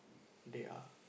they are